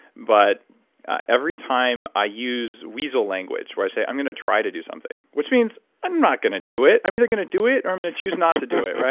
but every time i use weasel language, where i say, i'm going to try to do something, which means i'm not going to do it, i'm either going to do it or i'm going to choose not to do it.